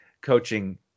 coaching